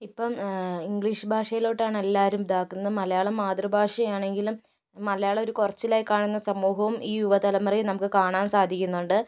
ഇപ്പം ഇംഗ്ലീഷ് ഭാഷയിലോട്ടാണ് എല്ലാവരും ഇതാക്കുന്നത് മലയാളം മാതൃഭാഷ ആണെങ്കിലും മലയാളം ഒരു കുറച്ചിലായി കാണുന്ന സമൂഹവും ഈ യുവ തലമുറയിൽ നമുക്ക് കാണാൻ സാധിക്കുന്നുണ്ട്